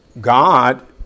God